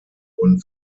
wurden